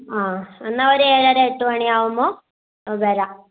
ആ എന്നാൽ ഒരു ഏഴര എട്ട് മണിയാവുമ്പോൾ വരാം